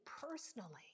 personally